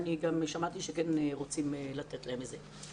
שמעתי שכן רוצים לתת להם את זה.